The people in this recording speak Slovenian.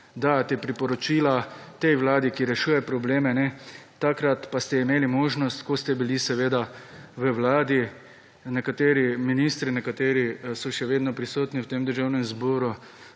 dajati priporočila tej vladi, ki rešuje probleme, takrat pa ste imeli možnost, ko ste bili v Vladi, nekateri ministri so še vedno prisotni v Državnem zboru